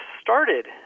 started